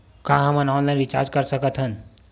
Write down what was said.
का हम online recharge कर सकत हन?